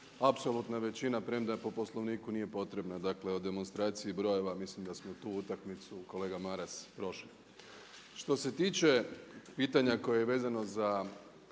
apsolutna većina, premda po Poslovniku nije potrebna, dakle o demonstraciji brojeva, mislim da smo tu utakmicu, kolega Maras prošli. Što se tiče pitanja koje je vezano za